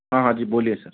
हाँ हाँ जी बोलिए सर